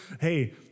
Hey